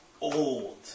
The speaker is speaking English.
old